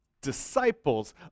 disciples